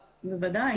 בוודאי.